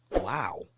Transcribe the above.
Wow